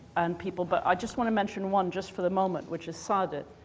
and people but i just want to mention one just for the moment which is sadet,